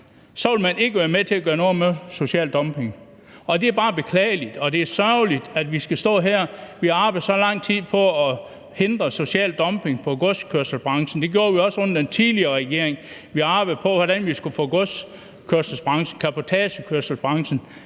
så vil man ikke være med til at gøre noget ved social dumping. Og det er bare beklageligt, og det er sørgeligt, at vi skal stå her. Vi har arbejdet så lang tid på at hindre social dumping i godskørselsbranchen. Det gjorde vi også under den tidligere regering. Vi arbejdede på, hvordan man skulle få godskørselsbranchen, cabotagekørselsbranchen